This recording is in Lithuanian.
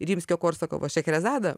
rimskio korsakovo šechrezadą